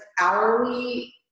hourly